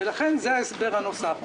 זה ההסבר הנוסף.